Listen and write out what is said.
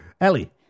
Ellie